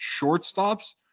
shortstops